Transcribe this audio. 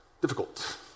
difficult